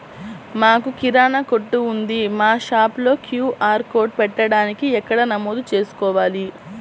మాకు కిరాణా కొట్టు ఉంది మా షాప్లో క్యూ.ఆర్ కోడ్ పెట్టడానికి ఎక్కడ నమోదు చేసుకోవాలీ?